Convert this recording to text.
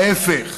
ההפך.